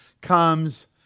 comes